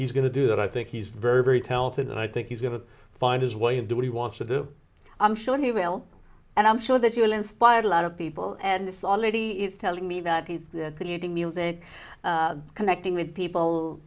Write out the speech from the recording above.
he's going to do that i think he's very very talented and i think he's going to find his way and do what he wants to do i'm sure he will and i'm sure that you inspired a lot of people and this already is telling me that he's creating music connecting with people